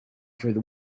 through